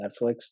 Netflix